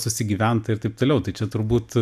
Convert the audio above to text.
susigyventa ir taip toliau tai čia turbūt